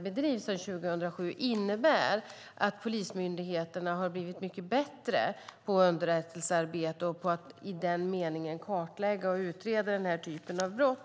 bedrivs sedan 2007 innebär också att polismyndigheterna har blivit mycket bättre på underrättelsearbete och på att i den meningen kartlägga och utreda denna typ av brott.